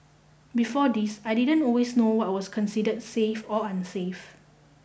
before this I didn't always know what was considered safe or unsafe